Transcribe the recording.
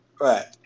Right